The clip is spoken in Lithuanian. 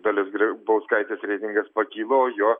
dalios grybauskaitės reitingas pakilo o jo